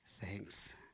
Thanks